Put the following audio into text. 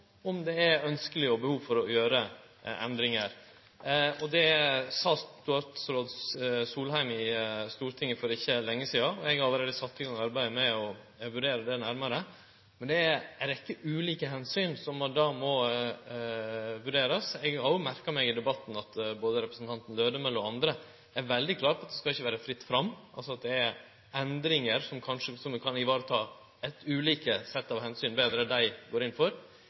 om det er ønskeleg, og behov for, å gjere endringar. Det sa dåverande statsråd Solheim i Stortinget for ikkje lenge sidan. Eg har allereie sett i gang arbeidet med å vurdere dette nærmare, men det er ei rekkje ulike omsyn som må vurderast. Eg har òg merka meg at både representanten Lødemel og andre i debatten er veldig klare på at det ikkje skal vere fritt fram, at det er endringar som kan vareta ulike omsyn betre enn det dei går inn for.